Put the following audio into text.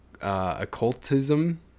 occultism